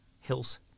hills